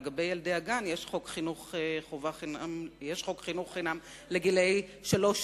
לגבי ילדי הגן יש חוק חינוך חינם לגילאי שלוש-ארבע,